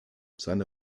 seine